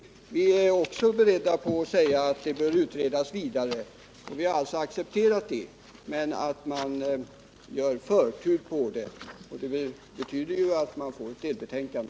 Även vi har accepterat att utredningen bör arbeta vidare, men vi vill ge förtur åt den här frågan. Det betyder ju att man får ett delbetänkande.